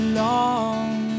long